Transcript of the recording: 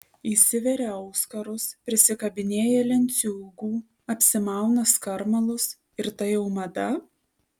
įsiveria auskarus prisikabinėja lenciūgų apsimauna skarmalus ir tai jau mada